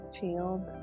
field